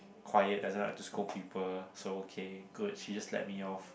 quiet doesn't like to scold people so okay good he just let me off